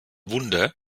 wunder